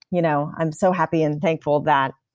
you know i'm so happy and thankful that